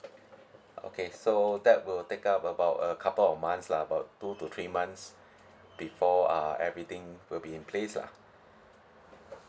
okay so that will take up about a couple of months lah about two to three months before uh everything will be in place lah